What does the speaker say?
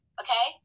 okay